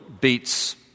beats